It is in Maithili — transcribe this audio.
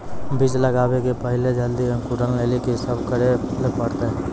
बीज लगावे के पहिले जल्दी अंकुरण लेली की सब करे ले परतै?